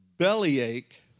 bellyache